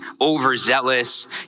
overzealous